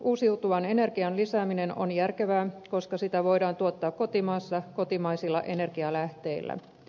uusiutuvan energian lisääminen on järkevää koska sitä voidaan tuottaa kotimaassa kotimaisilla energialähteillä